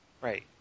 right